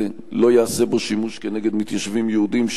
לא ייעשה בו שימוש כנגד מתיישבים יהודים,